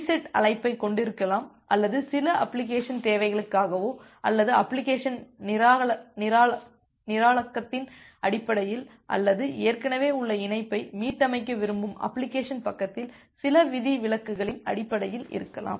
reset அழைப்பைக் கொண்டிருக்கலாம் அல்லது சில அப்ளிகேஷன் தேவைகளுக்காகவோ அல்லது அப்ளிகேஷன் நிரலாக்கத்தின் அடிப்படையில் அல்லது ஏற்கனவே உள்ள இணைப்பை மீட்டமைக்க விரும்பும் அப்ளிகேஷன் பக்கத்தில் சில விதிவிலக்குகளின் அடிப்படையில் இருக்கலாம்